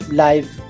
live